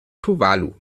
tuvalu